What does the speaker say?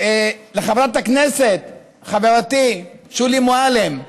לחברת הכנסת חברתי שולי מועלם,